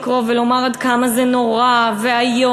לקרוא ולומר עד כמה זה נורא ואיום,